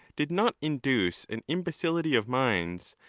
did not induce an imbecility of minds,